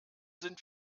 sind